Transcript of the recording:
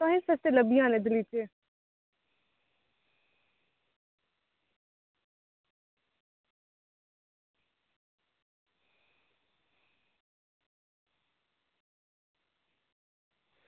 तुसेंगी सस्ते लब्भी जाने गलीचे